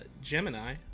Gemini